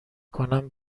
کنم